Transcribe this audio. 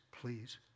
please